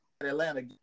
Atlanta